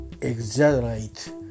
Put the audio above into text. exaggerate